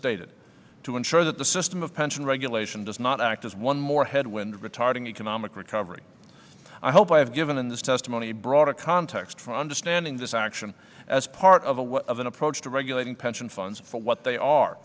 stated to ensure that the system of pension regulation does not act as one more headwind retarding economic recovery i hope i have given this testimony brought a context for understanding this action as part of an approach to regulating pension funds for what they are